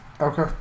Okay